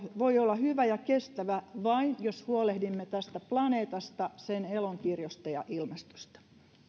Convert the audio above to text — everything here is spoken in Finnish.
voi olla hyvä ja kestävä vain jos huolehdimme tästä planeetasta sen elonkirjosta ja ilmastosta